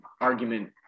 argument